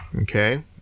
Okay